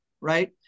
right